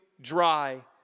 dry